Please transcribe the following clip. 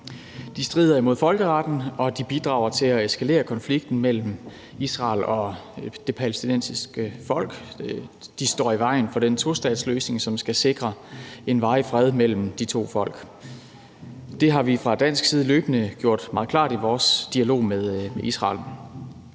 De strider imod folkeretten, og de bidrager til at eskalere konflikten mellem Israel og det palæstinensiske folk. De står i vejen for den tostatsløsning, som skal sikre en varig fred mellem de to folk. Det har vi fra dansk side løbende gjort meget klart i vores dialog med Israel.